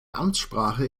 amtssprache